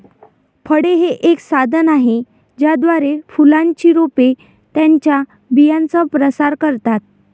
फळे हे एक साधन आहे ज्याद्वारे फुलांची रोपे त्यांच्या बियांचा प्रसार करतात